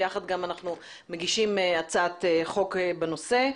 ביחד אנחנו גם מגישים הצעת חוק בנושא,